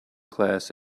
class